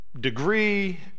degree